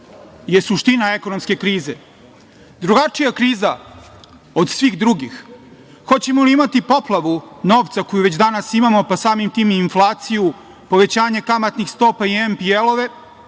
je suština ekonomske krize. Drugačija kriza od svih drugih, hoćemo li imati poplavu novca koju već danas imamo, pa samim tim i inflaciju, povećanje kamatnih stopa i MPL-e